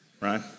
Right